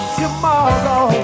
tomorrow